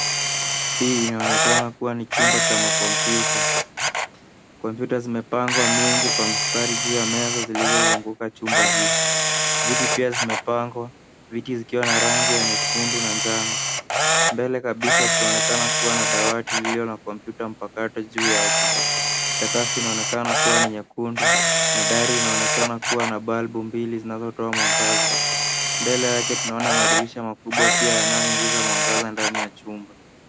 Hii inaonekana kuwa ni chumba cha makompyuta. Kompyuta zimepangwa mingi kwa mstari juu ya meza zikizozunguka chumba hii. Viti pia zimepangwa. Viti zikiwa na rangi ya nyekundu na njano. Mbele kabisa kunaonekana kuwa na dawati lililo na kompyuta mpakato juu yake. Sakafu inaonekana kuwa ni nyekundu na dari inaonekana kuwa na balbu mbili zinazotoa mwangaza. Mbele yake tunaona madirisha makubwa pia yanayoingiza mwangaza ndani ya chumba.